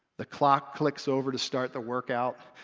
the clock clicks over to start the workout.